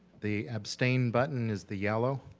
the abstain button is the yellow.